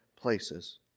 places